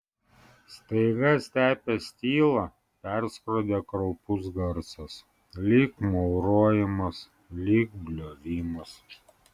staiga stepės tylą perskrodė kraupus garsas lyg maurojimas lyg bliovimas